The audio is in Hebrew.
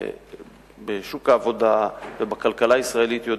בשוק העבודה ובכלכלה הישראלית יודע: